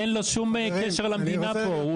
אין לו שום קשר למדינה הזו,